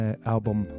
album